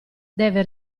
deve